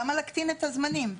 למה להקטין את הזמנים.